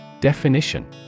Definition